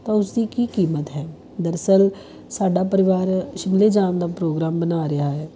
ਤਾਂ ਉਸਦੀ ਕੀ ਕੀਮਤ ਹੈ ਦਰਅਸਲ ਸਾਡਾ ਪਰਿਵਾਰ ਸ਼ਿਮਲੇ ਜਾਣ ਦਾ ਪ੍ਰੋਗਰਾਮ ਬਣਾ ਰਿਹਾ ਹੈ